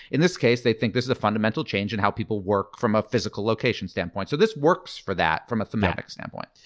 in this case, they think this is a fundamental change in how people work from a physical location standpoint. so this works for that from a thematics standpoint.